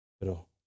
Pero